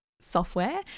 software